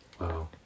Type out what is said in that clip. Wow